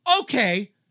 Okay